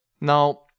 Now